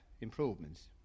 improvements